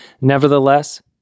Nevertheless